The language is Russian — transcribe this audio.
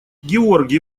георгий